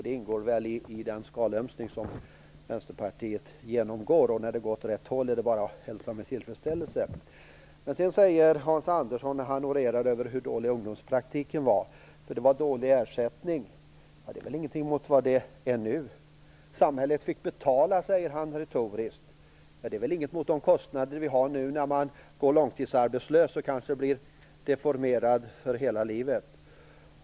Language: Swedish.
Det ingår väl i den skinnömsning som Vänsterpartiet genomgår. När det går åt rätt håll är det bara att hälsa det med tillfredsställelse. Hans Andersson orerar om hur dålig den svenska ungdomspraktiken var och säger att ersättningen var dålig. Det är väl ingenting mot vad det är nu. Samhället fick betala, säger Hans Andersson retoriskt. Det är väl ingenting mot de kostnader vi har nu, när ungdomar går långtidsarbetslösa och kanske blir deformerade för hela livet.